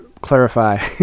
clarify